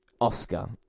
oscar